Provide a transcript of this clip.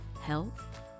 health